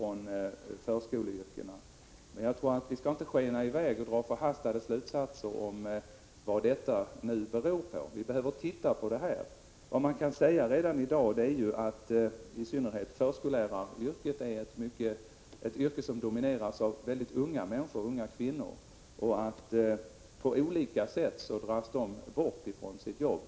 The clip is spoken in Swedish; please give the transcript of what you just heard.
Vi skall emellertid inte skena i väg och dra förhastade slutsatser om vad avgångarna beror på. Vi behöver undersöka vad som ligger bakom. Vad man kan säga redan i dag är att i synnerhet förskolläraryrket domineras av mycket unga människor, unga kvinnor. På olika sätt dras de bort från sina jobb.